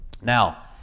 Now